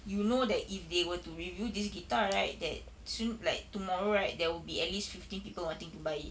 you know that if they were to review this guitar right that soo~ like tomorrow right there will be at least fifty people wanting to buy it